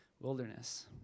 wilderness